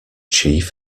chief